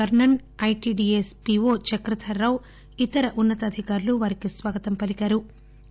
Karnan ITDA PO Chakradhar రావుయితర ఉన్న తాధికారులు వారికి స్వాగతం పలికారు